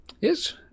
Yes